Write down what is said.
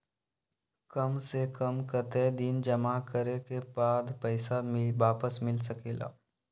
काम से कम कतेक दिन जमा करें के बाद पैसा वापस मिल सकेला?